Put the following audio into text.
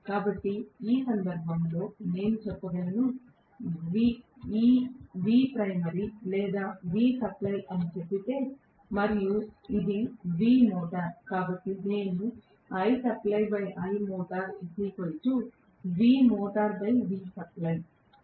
కాబట్టి నేను ఈ సందర్భంలో చెప్పగలను నేను ఈ Vprimary లేదా Vsupply అని చెబితే మరియు ఇది Vmotor కాబట్టి నేను అని చెప్పాలి